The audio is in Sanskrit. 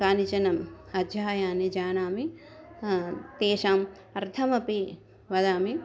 कानिचनम् अध्यायानि जानामि तेषाम् अर्थमपि वदामि